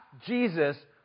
Jesus